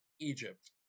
Egypt